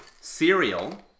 cereal